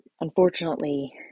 unfortunately